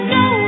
no